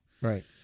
Right